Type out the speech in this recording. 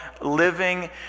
living